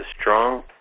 strong